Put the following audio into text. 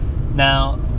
Now